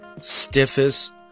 stiffest